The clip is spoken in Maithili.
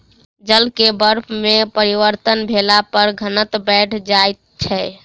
जल के बर्फ में परिवर्तन भेला पर घनत्व बैढ़ जाइत छै